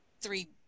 three